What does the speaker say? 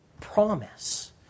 promise